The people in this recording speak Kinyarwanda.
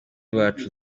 bacu